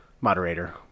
Moderator